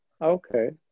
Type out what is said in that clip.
Okay